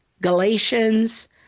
Galatians